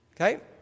Okay